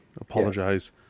apologize